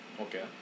okay